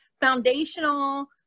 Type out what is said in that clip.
foundational